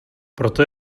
proto